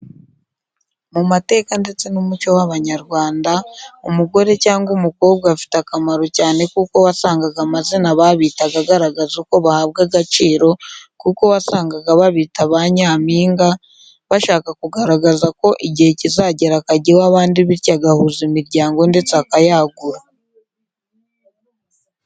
Mu mateka ndetse n'umuco w'Abanyarwanda, umugore cyangwa umukobwa afite akamaro cyane kuko wasangaga amazina babitaga agaragaza uko bahabwa agaciro kuko wasangaga babita ba nyampinga, bashaka kugaragaza ko igihe kizagera akajya iw'abandi bityo agahuza imiryango ndetse akayagura.